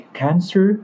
cancer